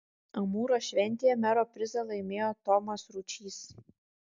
amūro šventėje mero prizą laimėjo tomas ručys